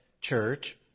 church